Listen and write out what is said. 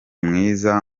mwiza